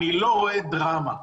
אני לא רואה דרמה.